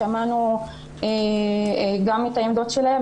שמענו גם את העמדות שלהם,